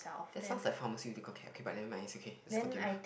that sounds like pharmaceutical care okay but never mind it's okay let's continue